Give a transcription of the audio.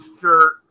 shirt